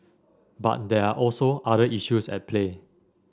but there are also other issues at play